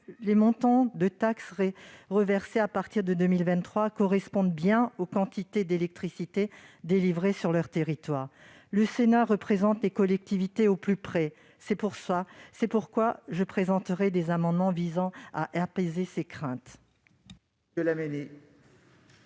les montants de taxe reversés à partir de 2023 correspondront bien aux quantités d'électricité délivrées sur leur territoire. Le Sénat représente les collectivités au plus près. C'est pourquoi je présenterai des amendements visant à apaiser ces craintes.